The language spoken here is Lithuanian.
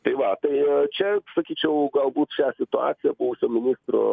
tai va tai čia sakyčiau galbūt šią situaciją buvusio ministro